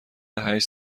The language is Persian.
هشت